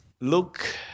look